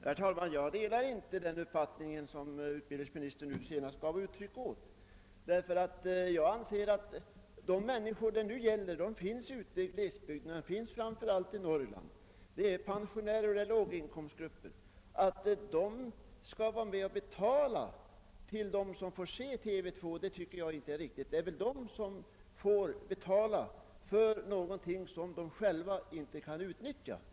Herr talman! Jag delar inte den uppfattningen som utbildningsministern nu senast gav uttryck åt, ty jag anser att de människor det här gäller bor i glesbygderna, framför allt i Norrland. Det gäller pensionärer och låginkomstgrupper. Att dessa skall betala för dem som får se TV 2 är enligt min mening inte riktigt, ty det innebär att de måste betala för någonting som de själva inte kan utnyttja.